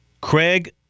Craig